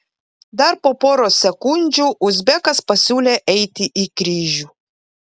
dar po poros sekundžių uzbekas pasiūlė eiti į kryžių